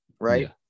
right